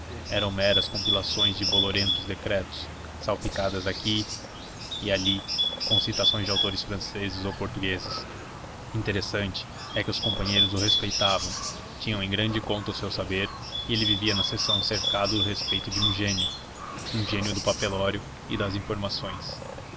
eram meras compilações de bolorentos decretos salpicadas aqui e ali com citações de autores franceses ou portugueses interessante é que os companheiros o respeitavam tinham em grande conta o seu saber e ele vivia na seção cercado do respeito de um gênio um gênio do papelório e das informações